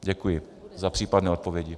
Děkuji za případné odpovědi.